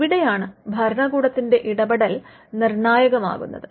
ഇവിടെയാണ് ഭരണകൂടത്തിന്റെ ഇടെപെടൽ നിര്ണായകമാകുന്നത്